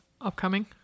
upcoming